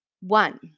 One